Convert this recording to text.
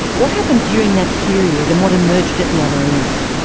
what happened during that period and what emerged at the other end?